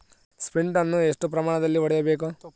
Sprint ಅನ್ನು ಎಷ್ಟು ಪ್ರಮಾಣದಲ್ಲಿ ಹೊಡೆಯಬೇಕು?